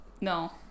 no